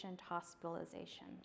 hospitalization